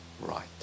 right